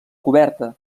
coberta